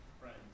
Friends